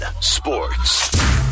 sports